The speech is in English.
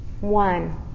one